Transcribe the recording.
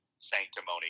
sanctimony